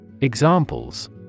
Examples